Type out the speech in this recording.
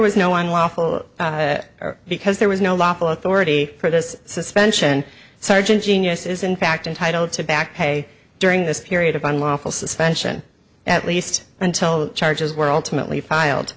was no one lawful or because there was no lawful authority for this suspension sergeant genius is in fact entitled to back pay during this period of unlawful suspension at least until charges were ultimately filed